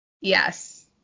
Yes